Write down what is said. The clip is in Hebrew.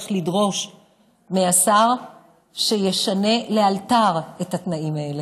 לדרוש מהשר שישנה לאלתר את התנאים האלה.